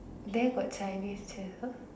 there got Chinese chess